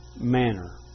manner